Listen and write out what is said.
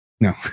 No